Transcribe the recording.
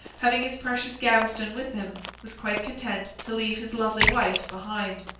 having his precious gaveston with him, was quite content to leave his lovely wife behind.